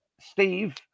Steve